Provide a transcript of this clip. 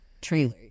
trailer